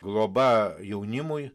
globa jaunimui